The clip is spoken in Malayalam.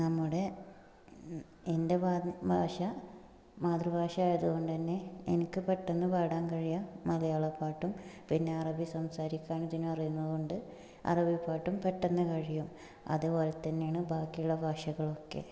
നമ്മുടെ എൻ്റെ ഭാ ഭാഷ മാതൃഭാഷ ആയതുകൊണ്ടുതന്നെ എനിക്ക് പെട്ടെന്ന് പാടാൻ കഴിയുക മലയാളപ്പാട്ടും പിന്നെ അറബി സംസാരിക്കാൻ പിന്നെ അറിയുന്നതുകൊണ്ട് അറബിപ്പാട്ടും പെട്ടെന്ന് കഴിയും അതുപോലെ തന്നെയാണ് ബാക്കിയുള്ള ഭാഷകളൊക്കെ